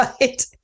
right